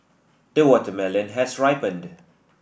the watermelon has ripened